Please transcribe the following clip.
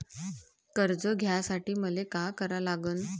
कर्ज घ्यासाठी मले का करा लागन?